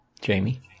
Jamie